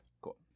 cool